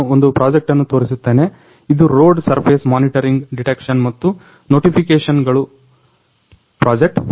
ನಾನು ಒಂದು ಪ್ರಾಜೆಕ್ಟ್ ಅನ್ನು ತೋರಿಸುತ್ತೇನೆ ಇದು ರೋಡ್ ಸರ್ಫೆಸ್ ಮಾನಿಟರಿಂಗ್ ಡಿಟೆಕ್ಷನ್ ಮತ್ತು ನೊಟಿಫಿಕೇಶನ್ಗಳು ಪ್ರಾಜೆಕ್ಟ್